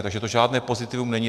Takže to žádné pozitivum není.